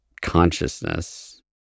consciousness